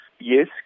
Yes